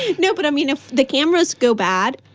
and no, but i mean if the cameras go bad,